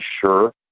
sure